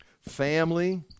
family